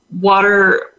water